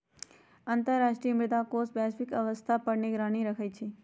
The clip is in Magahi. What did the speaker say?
अंतर्राष्ट्रीय मुद्रा कोष वैश्विक अर्थव्यवस्था पर निगरानी रखइ छइ